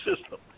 system